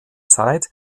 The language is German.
zeit